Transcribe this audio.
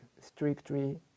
strictly